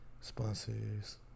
sponsors